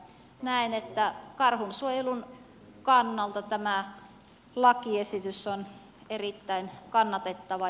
näen että karhun suojelun kannalta tämä lakiesitys on erittäin kannatettava